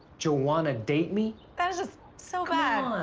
jo-wanna date me? that is just so bad.